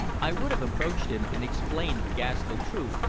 i would have approached him and explained the ghastly truth,